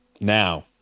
Now